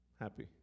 happy